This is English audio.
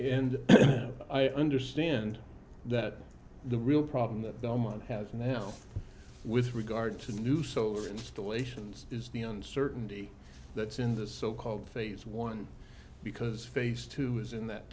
and i understand that the real problem that the woman has now with regard to new solar installations is the uncertainty that's in this so called phase one because face to is in that